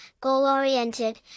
goal-oriented